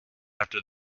after